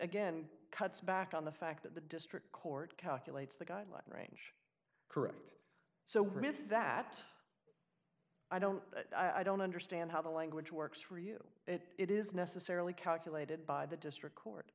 again cuts back on the fact that the district court calculates the guideline range correct so with that i don't i don't understand how the language works for you it is necessarily calculated by the district court